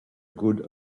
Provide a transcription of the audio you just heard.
good